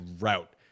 route